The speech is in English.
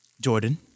Jordan